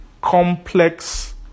complex